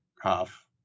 half